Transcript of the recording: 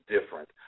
different